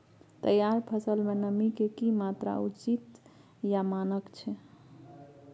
तैयार फसल में नमी के की मात्रा उचित या मानक छै?